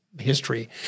history